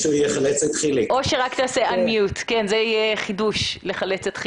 הייתי מוציא את המילה מסיבה ופשוט מכניס את זה בתרבות פנאי של צריכה